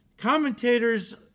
Commentators